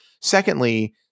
Secondly